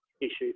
issues